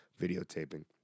videotaping